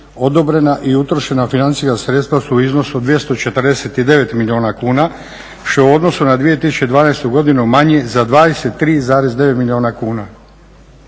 odobrena i utrošena financijska sredstva su u iznosu od 249 milijuna što je u odnosu na 2012. godinu manje za 23,9 milijuna kuna.